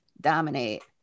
dominate